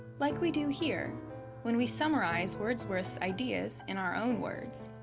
like we do here when we summarize wordsworth's ideas in our own words.